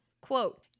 Quote